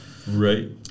Right